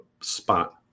spot